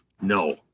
No